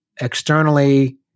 externally